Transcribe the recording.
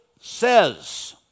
says